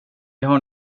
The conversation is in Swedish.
har